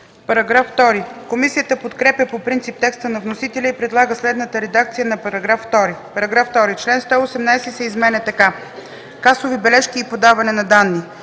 ЧАЛЪКОВА: Комисията подкрепя по принцип текста на вносителя и предлага следната редакция на § 2: „§ 2. Член 118 се изменя така: „Касови бележки и подаване на данни